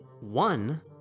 One